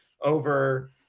over